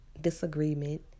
disagreement